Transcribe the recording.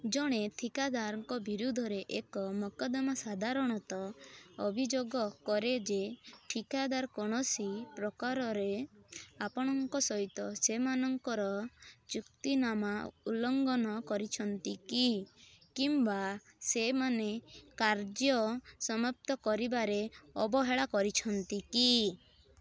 ଜଣେ ଠିକାଦାରଙ୍କ ବିରୋଧରେ ଏକ ମକଦ୍ଦମା ସାଧାରଣତଃ ଅଭିଯୋଗ କରେ ଯେ ଠିକାଦାର କୌଣସି ପ୍ରକାରରେ ଆପଣଙ୍କ ସହିତ ସେମାନଙ୍କର ଚୁକ୍ତିନାମା ଉଲ୍ଲଂଘନ କରିଛନ୍ତି କି କିମ୍ବା ସେମାନେ କାର୍ଯ୍ୟ ସମାପ୍ତ କରିବାରେ ଅବହେଳା କରିଛନ୍ତି କି